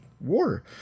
war